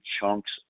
chunks